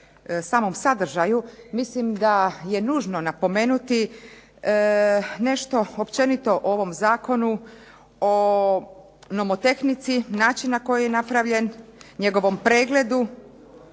samom sadržaju mislim da je nužno napomenuti nešto općenito o ovom zakonu o nomotehnici, način na koji je napravljen, njegovom pregledu,